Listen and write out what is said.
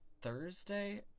Thursday